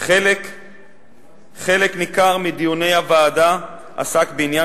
חלק ניכר מדיוני הוועדה עסק בעניין